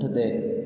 पुठिते